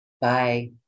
bye